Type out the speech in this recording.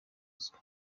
uzwi